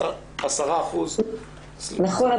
נכון,